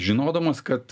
žinodamos kad